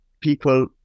people